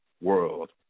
world